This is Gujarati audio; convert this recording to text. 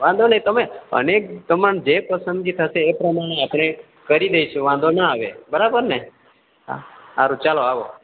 વાંધો નહી તમે અને તમારી જે પસંદગી થસે એ પ્રમાણે આપડે કરી દઇશું વાંધો ના આવે બરાબર ને સારું ચાલો આવો